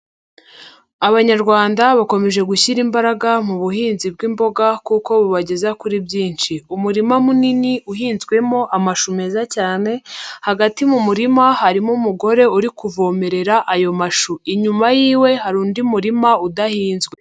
Abanyarwanda bakomeje gushyira imbaraga mu buhinzi bw'imboga kuko bubageza kuri byinshi. Umurima munini uhinzwemo amashu meza cyane hagati mu murima harimo umugore uri kuvomerera ayo mashu inyuma yi'we hari undi murima udahinzwe.